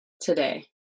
today